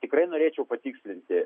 tikrai norėčiau patikslinti